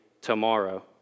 tomorrow